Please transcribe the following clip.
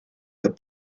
the